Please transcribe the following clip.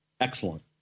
excellent